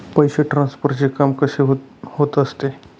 पैसे ट्रान्सफरचे काम कसे होत असते?